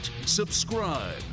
subscribe